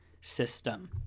system